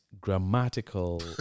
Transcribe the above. grammatical